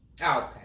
Okay